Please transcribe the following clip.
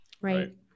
right